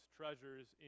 treasures